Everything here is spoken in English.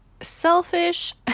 selfish